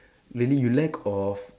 really you lack of